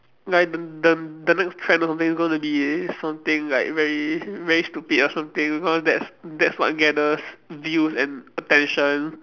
like the the the next trend or something is going to be something like very very stupid or something because that's that's what gathers views and attention